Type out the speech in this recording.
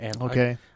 Okay